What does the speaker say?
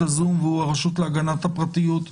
נציג הרשות להגנת הפרטיות בזום,